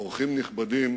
אורחים נכבדים,